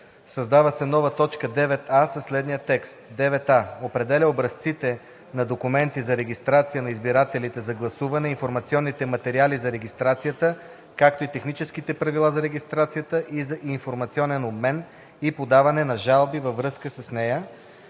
Създава се нова точка 9а със следния текст: „9а. Определя образците на документи за регистрация на избирателите за гласуване, информационните материали за регистрацията, както и техническите правила за регистрация и за информационен обмен и подаване на жалби във връзка с нея;